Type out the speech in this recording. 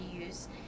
use